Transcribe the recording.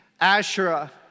Asherah